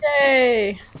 Yay